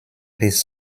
his